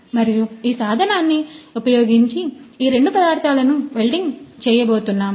మరియు ఈ సాధనాన్ని ఉపయోగించి ఈ రెండు పదార్థాలను వెల్డ్ చేయబోతున్నాము